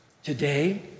Today